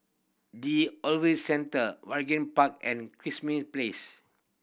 the Centre Waringin Park and Krismi Place